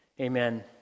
Amen